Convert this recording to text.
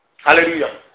Hallelujah